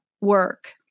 work